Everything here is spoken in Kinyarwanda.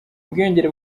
ubwiyongere